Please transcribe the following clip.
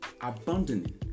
abandoning